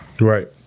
Right